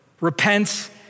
Repent